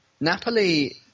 Napoli